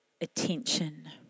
attention